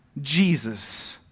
Jesus